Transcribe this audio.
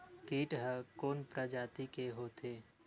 कीट ह कोन प्रजाति के होथे?